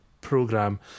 program